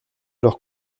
leurs